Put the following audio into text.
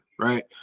right